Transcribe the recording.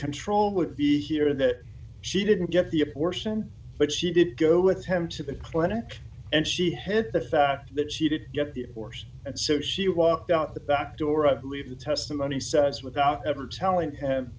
control would be here that she didn't get the abortion but she did go with him to the clinic and she hid the fact that she didn't get the course and so she walked out the back door i believe the testimony says without ever telling him